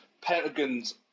Pentagon's